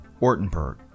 Ortenberg